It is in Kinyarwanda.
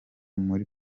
muri